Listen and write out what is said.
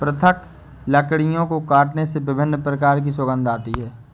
पृथक लकड़ियों को काटने से विभिन्न प्रकार की सुगंध आती है